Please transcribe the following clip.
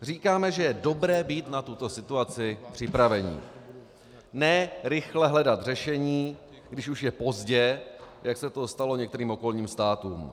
Říkáme, že je dobré být na tuto situaci připraveni, ne rychle hledat řešení, když už je pozdě, jak se to stalo některým okolním státům.